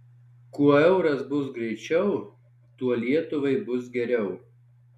kuo euras bus greičiau tuo lietuvai bus geriau